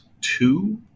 two